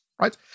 right